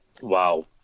Wow